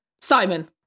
Simon